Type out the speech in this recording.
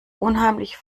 unheimlich